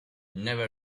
never